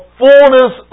fullness